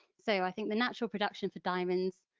so i think the natural production for diamonds,